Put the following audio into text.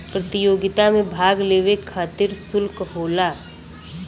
प्रतियोगिता मे भाग लेवे खतिर सुल्क होला